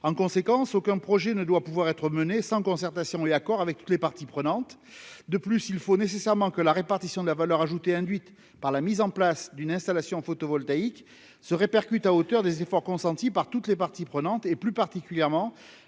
en conséquence, aucun projet ne doit pouvoir être menée sans concertation et accord avec toutes les parties prenantes de plus, il faut nécessairement que la répartition de la valeur ajoutée induite par la mise en place d'une installation photovoltaïque se répercute à hauteur des efforts consentis par toutes les parties prenantes, et plus particulièrement